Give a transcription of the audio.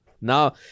Now